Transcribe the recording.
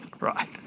right